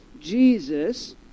Jesus